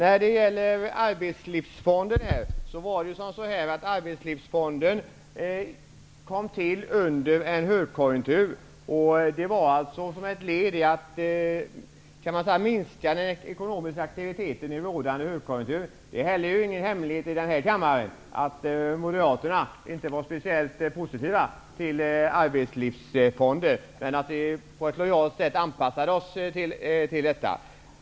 Fru talman! Arbetslivsfonden kom till under en högkonjunktur. Det skedde som ett led i att minska den ekonomiska aktiviteten i en rådande högkonjunktur. Det är ingen hemlighet i den här kammaren att Moderaterna inte var speciellt positiva till arbetslivsfonder, men vi anpassade oss på ett lojalt sätt till detta.